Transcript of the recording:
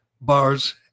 bars